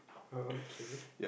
okay